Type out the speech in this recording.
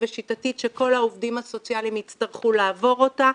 ושיטתית שכל העובדים הסוציאליים יצטרכו לעבור אותה,